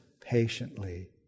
patiently